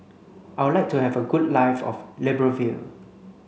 I would like to have a good live of Libreville